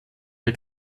der